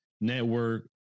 network